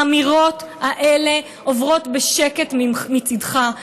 האמירות האלה עוברות בשקט מצידך.